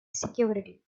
security